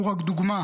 הוא רק דוגמה.